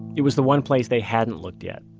it was the one place they hadn't looked yet.